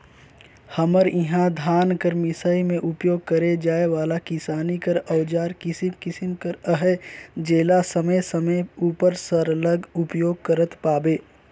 हमर इहा धान कर मिसई मे उपियोग करे जाए वाला किसानी कर अउजार किसिम किसिम कर अहे जेला समे समे उपर सरलग उपियोग करत पाबे